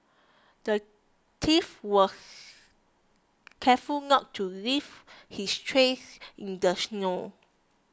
the thief was careful to not leave his tracks in the snow